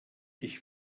ich